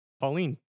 Pauline